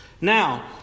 Now